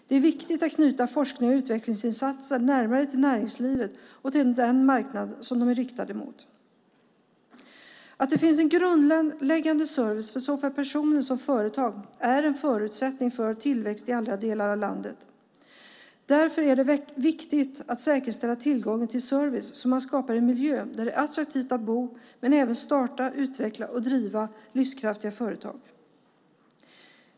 Det är viktigt att knyta forsknings och utvecklingsinsatser närmare näringslivet och till den marknad som de är riktade mot. Att det finns en grundläggande service för såväl personer som företag är en förutsättning för tillväxt i alla delar av landet. Därför är det viktigt att säkerställa tillgången till service så att man skapar en miljö där det är attraktivt att bo men även att starta, utveckla och driva livskraftiga företag.